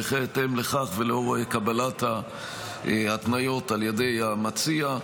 בהתאם לכך ולאור קבלת ההתניות על ידי המציע,